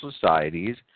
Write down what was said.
societies